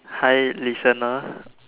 hi listener